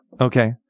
Okay